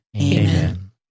Amen